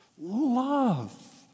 love